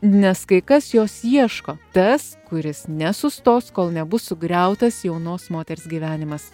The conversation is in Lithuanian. nes kai kas jos ieško tas kuris nesustos kol nebus sugriautas jaunos moters gyvenimas